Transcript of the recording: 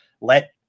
let